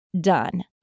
done